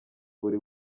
buri